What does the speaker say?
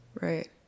Right